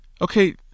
okay